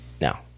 now